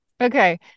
Okay